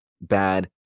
bad